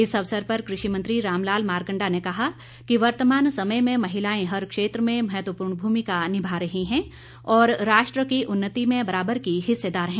इस अवसर पर कृषि मंत्री रामलाल मारकंडा ने कहा कि वर्तमान समय में महिलाएं हर क्षेत्र में महत्वपूर्ण भूमिका निभा रही है और राष्ट्र की उन्नति में बराबर की हिस्सेदार है